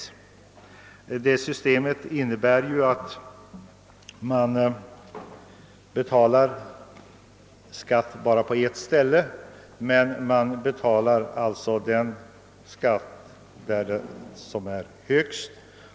Det systemet innebär i princip att man betalar skatt endast en gång men enligt den skattesats som tillämpas i det land som tar ut den högsta skatten.